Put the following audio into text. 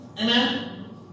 Amen